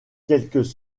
quelques